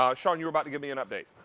um you're about to give me an update?